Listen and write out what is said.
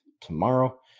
tomorrow